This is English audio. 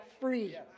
free